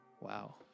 Wow